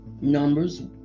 Numbers